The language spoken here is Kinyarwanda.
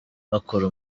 bakora